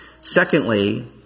Secondly